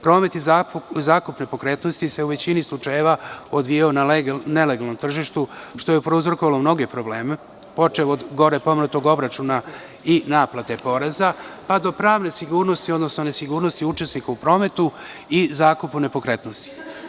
Promet i zakup nepokretnosti se u većini slučajeva odvijao na nelegalnom tržištu, što je prouzrokovalo mnoge probleme, počev od gore pomenutog obračuna i naplate poreza, pa do pravne sigurnosti, odnosno nesigurnosti učesnika u prometu i zakupu nepokretnosti.